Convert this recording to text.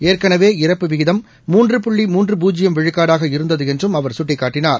ஏற்கனவே இறப்பு விகிதம் மூன்று புள்ளி மூன்று பூஜ்ஜியம் விழுக்காடாக இருந்தது என்றும் அவர் சுட்டிக்காட்டினார்